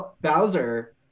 Bowser